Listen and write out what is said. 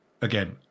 again